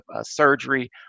surgery